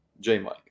J-Mike